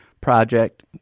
Project